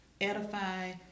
edify